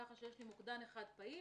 כך שיש לי מוקדן אחד פעיל.